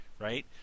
Right